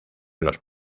los